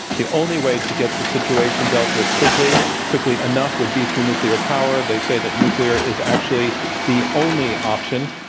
the only way to get the situation dealt with quickly quickly enough would be through nuclear power. they say that nuclear is actually the only option.